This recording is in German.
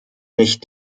nicht